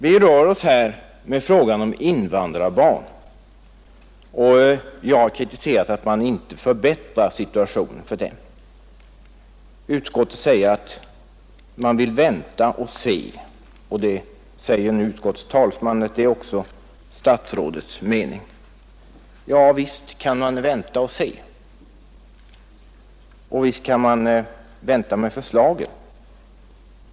Vi talar här om invandrarbarn, och jag har kritiserat att man inte förbättrar situationen för dem, Utskottet säger att man vill vänta och se, och utskottets talesman sade nyss att detta också är statsrådets mening. Ja, visst kan man vänta och se och visst kan man vänta med förslagen.